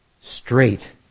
straight